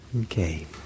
Okay